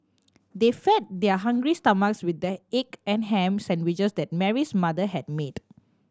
they fed their hungry stomachs with the egg and ham sandwiches that Mary's mother had made